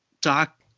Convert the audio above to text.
doc